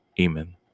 Amen